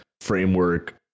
framework